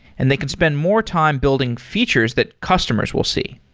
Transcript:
and they can spend more time building features that customers will see.